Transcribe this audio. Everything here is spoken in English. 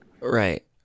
Right